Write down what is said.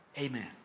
Amen